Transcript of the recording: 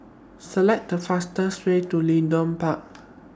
Select The fastest Way to Leedon Park